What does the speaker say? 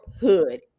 Hood